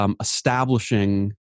establishing